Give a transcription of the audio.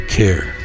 care